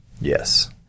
Yes